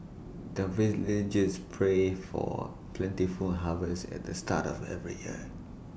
the villagers pray for plentiful harvest at the start of every year